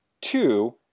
Two